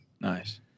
nice